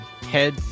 head